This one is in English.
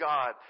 God